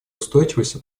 устойчивости